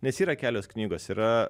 nes yra kelios knygos yra